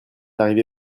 arrivé